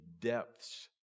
depths